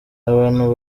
abantu